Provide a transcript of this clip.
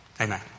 Amen